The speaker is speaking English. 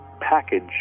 package